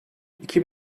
iki